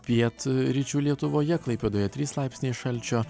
pietryčių lietuvoje klaipėdoje trys laipsniai šalčio